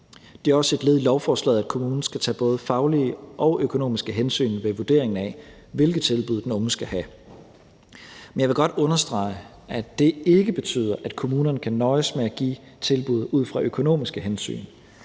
Det er også et led i lovforslaget, at kommunen skal tage både faglige og økonomiske hensyn ved vurderingen af, hvilke tilbud den unge skal have. Men jeg vil godt understrege, at det ikke betyder, at kommunerne kan nøjes med at give tilbud ud fra økonomiske hensyn.